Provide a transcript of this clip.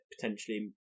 potentially